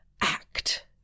act